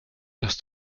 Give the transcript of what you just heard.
dass